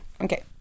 Okay